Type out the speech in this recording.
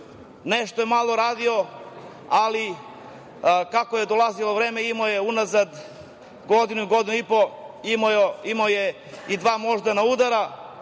nešto je malo radio, ali kako je prolazilo vreme imao je unazad godinu godinu i po dana imao je i dva moždana udara